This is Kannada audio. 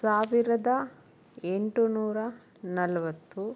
ಸಾವಿರದ ಎಂಟು ನೂರ ನಲ್ವತ್ತು